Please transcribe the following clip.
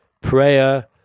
prayer